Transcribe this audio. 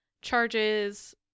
charges